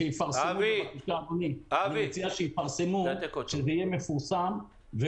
שיפרסמו, שיהיה מפורסם.